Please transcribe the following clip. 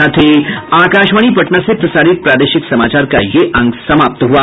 इसके साथ ही आकाशवाणी पटना से प्रसारित प्रादेशिक समाचार का ये अंक समाप्त हुआ